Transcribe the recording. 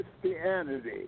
Christianity